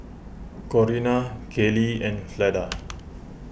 Corina Kayleigh and Fleda